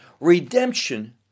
Redemption